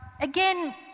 Again